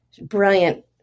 brilliant